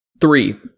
Three